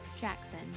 jackson